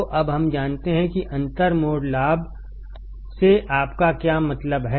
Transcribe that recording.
तो अब हम जानते हैं कि अंतर मोड लाभ से आपका क्या मतलब है